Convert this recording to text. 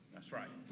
that's right.